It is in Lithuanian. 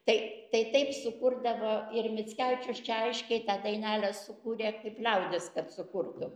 tai tai taip sukurdavo ir mickevičius čia aiškiai tą dainelę sukūrė kaip liaudis kad sukurtų